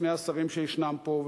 שני השרים שיש פה,